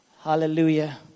Hallelujah